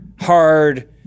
hard